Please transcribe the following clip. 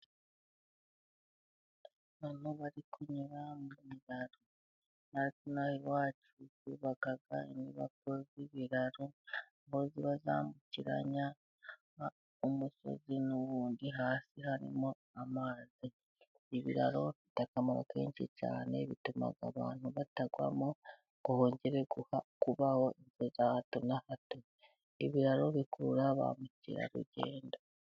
Abantu bari kunyura mu biraro. Natwe ino aha iwacu twubaka inyubako z'ibiraro, aho ziba zambukiranya umusozi n'uwundi, hasi harimo amazi. Ibiraro bifite akamaro kenshi cyane, bituma abantu batagwamo ngo hongere kubaho impfu za hato na hato. Ibiraro bikurura ba mukerarugendo.